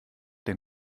den